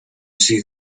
see